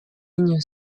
ligne